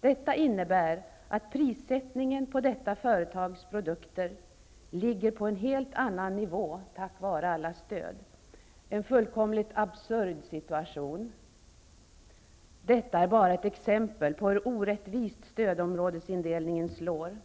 Detta innebär att nivån för prissättningen beträffande det här företagets produkter är en helt annan genom alla stöd. Det här är en fullkomligt absurd situation. Detta är bara ett exempel på hur orättvist stödområdesindelningen slår.